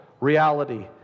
reality